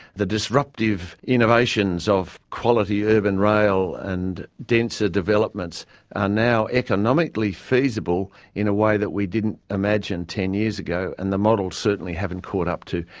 the disruptive innovations of quality urban rail and denser developments are now economically feasible in a way that we didn't imagine ten years ago, and the models certainly haven't caught up to.